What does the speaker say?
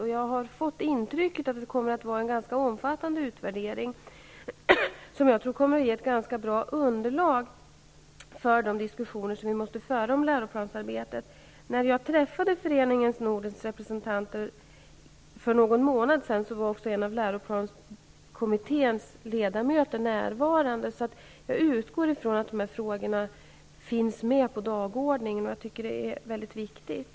Och jag har fått intrycket att det kommer att vara en ganska omfattande utvärdering, som jag tror kommer att utgöra ett ganska bra underlag för de diskussioner som vi måste föra om läroplansarbetet. När jag träffande Föreningen Nordens representanter för någon månad sedan, var en av läroplanskommitténs ledamöter närvarande. Jag utgår därför från att dessa frågor finns med på dagordningen, vilket jag tycker är mycket viktigt.